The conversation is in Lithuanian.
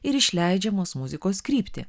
ir išleidžiamos muzikos kryptį